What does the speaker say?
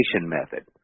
method